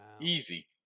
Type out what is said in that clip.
Easy